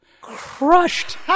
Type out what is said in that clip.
crushed